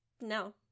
No